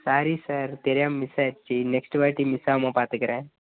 sari sir தெரியாமல் miss ஆகிடிச்சி next வாட்டி மிஸ் ஆகாம பார்த்துக்குறேன்